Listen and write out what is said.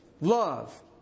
love